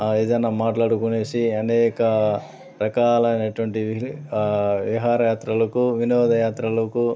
ఏదైనా మాట్లాడుకొనేసి అనేక రకాలైనటువంటి విహార యాత్రలకు వినోద యాత్రలకు